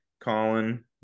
Colin